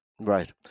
Right